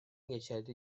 geçerli